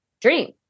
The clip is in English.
dream